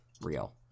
real